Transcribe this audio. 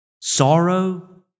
Sorrow